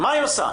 מה היא עושה?